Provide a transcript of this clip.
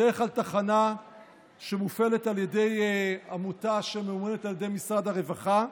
בדרך כלל זו תחנה שמופעלת על ידי עמותה שממומנת על ידי משרד הרווחה,